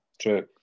true